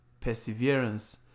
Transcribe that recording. perseverance